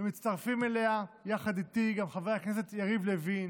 ומצטרפים אליה יחד איתי גם חברי הכנסת יריב לוין